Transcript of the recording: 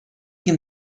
can